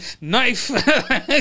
Knife